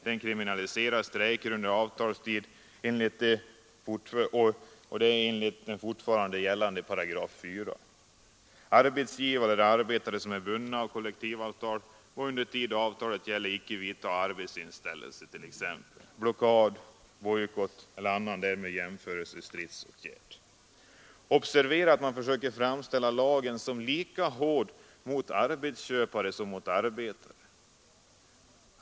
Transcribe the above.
Den kriminaliserar strejker under avtalstid enligt den fortfarande gällande § 4: ”Arbetsgivare eller arbetare, som är bundna av kollektivavtal, må under den tid avtalet är gällande icke vidtaga arbetsinställelse , blockad, bojkott eller annan därmed jämförlig stridsåtgärd.” Observera försöken att framställa lagen som lika ”hård” mot arbetsköpare som mot arbetare.